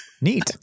Neat